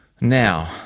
Now